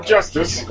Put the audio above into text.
Justice